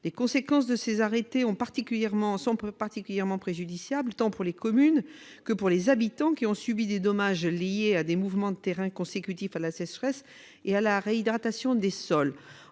Les conséquences de ces arrêtés sont particulièrement préjudiciables tant pour les communes que pour leurs habitants qui ont subi des dommages liés à des mouvements de terrain consécutifs à la sécheresse et à la réhydratation des sols.